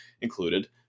included